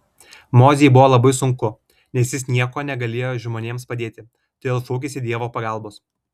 mozei buvo labai sunku nes jis niekuo negalėjo žmonėms padėti todėl šaukėsi dievo pagalbos